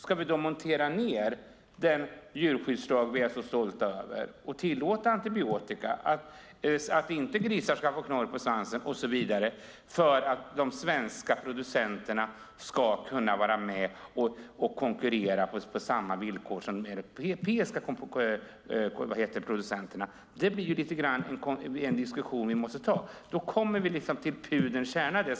Ska vi montera ned den djurskyddslag som vi är så stolta över och tillåta antibiotika, att grisar inte får ha knorr på svansen och så vidare för att de svenska producenterna ska kunna vara med och konkurrera på samma villkor som europeiska producenter. Det blir en diskussion som vi måste ta, och då kommer vi till pudelns kärna.